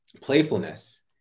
playfulness